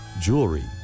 jewelry